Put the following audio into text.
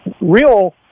real